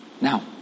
Now